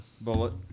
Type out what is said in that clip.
Bullet